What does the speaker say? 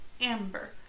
Amber